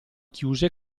chiuse